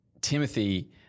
Timothy